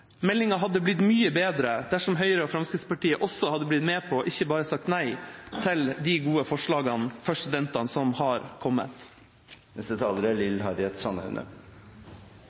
meldinga. Meldinga hadde blitt mye bedre dersom Høyre og Fremskrittspartiet også hadde blitt med på ikke bare å si nei til de gode forslagene for studentene som har kommet. Det er